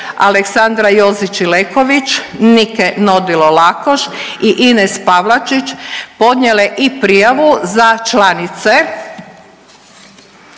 Aleksandra Jozić Ileković, Nika Nodilo Lakoš i Ines Pavlačić podnijele i prijavu za članice